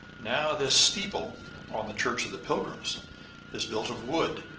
now, this steeple on the church of the pilgrims is built of wood,